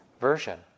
version